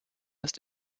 ist